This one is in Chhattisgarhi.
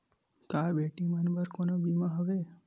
का बेटी मन बर कोनो बीमा हवय?